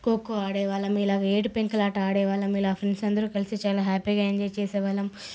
ఖోఖో ఆడే వాళ్ళం ఇలాగ ఏడు పెంకులాట ఆడే వాళ్ళం ఇలా ఫ్రెండ్స్ అందరూ కలిసి చాలా హ్యాపీగా ఎంజాయ్ చేసేవాళ్లం